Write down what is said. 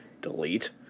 delete